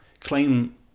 claim